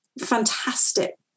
fantastic